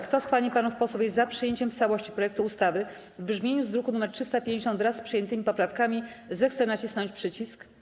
Kto z pań i panów posłów jest za przyjęciem w całości projektu ustawy w brzmieniu z druku nr 350, wraz z przyjętymi poprawkami, zechce nacisnąć przycisk.